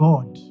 God